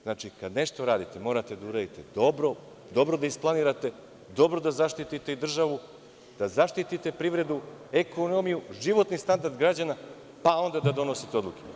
Znači, kada nešto radite morate da uradite dobro, dobro da isplanirate, dobro da zaštitite i državu, da zaštitite privredu, ekonomiju, životni standard građana, pa onda da donosite odluke.